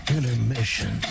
Intermission